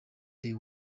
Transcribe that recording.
their